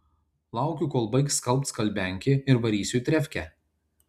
laukiu kol baigs skalbt skalbiankė ir varysiu į trefkę